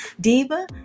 Diva